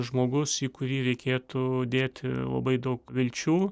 žmogus į kurį reikėtų dėti labai daug vilčių